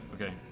okay